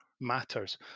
matters